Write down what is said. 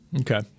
Okay